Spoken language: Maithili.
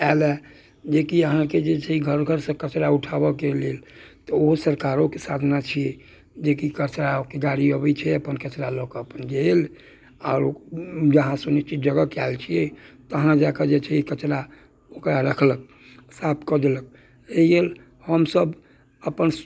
आयल हँ जेकि अहाँकेँ जे छै घर घर से कचरा उठाबऽ के लेल तऽ ओ सरकारोके साधना छियै जेकि कचराके गाड़ी अबैत छै अपन कचरा लऽ कऽ अपन गेल आर जहाँ सुनैत छियै जगह कयल छै तहाँ जायके जे छै ई कचरा ओकरा रखलक साफ कऽ देलक एहि लेल हमसब अपन